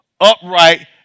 upright